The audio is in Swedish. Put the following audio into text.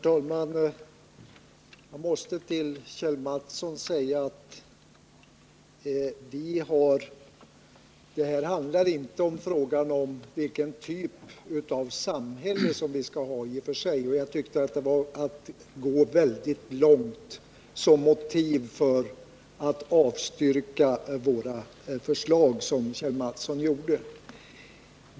Herr talman! Jag måste till Kjell Mattsson säga att den här frågan i och för sig inte handlar om vilken typ av samhälle som vi skall ha. Jag tycker det var att gå för långt att anföra det som motiv för att avstyrka våra förslag, som Kjell Mattsson gjorde.